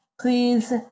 please